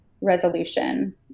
resolution